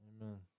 Amen